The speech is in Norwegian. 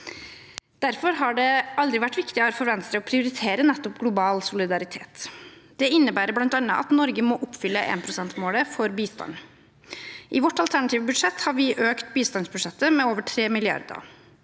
Derfor har det aldri vært viktigere for Venstre å prioritere nettopp global solidaritet. Det innebærer bl.a. at Norge må oppfylle 1-prosentmålet for bistand. I vårt alternative budsjett har vi økt bistandsbudsjettet med over 3 mrd.